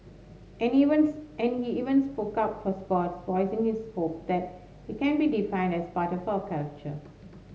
and events and he events up for sports voicing his hope that it can be defined as part of our culture